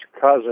cousin